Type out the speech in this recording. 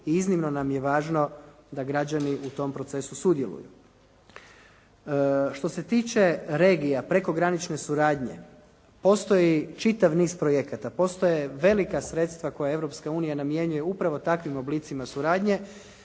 i iznimno nam je važno da građani u tom procesu sudjeluju. Što se tiče regija prekogranične suradnje postoji čitav niz projekata, postoje velika sredstva koja Europska unija namjenjuje upravo takvim oblicima suradnje